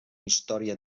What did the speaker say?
història